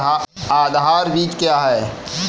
आधार बीज क्या होता है?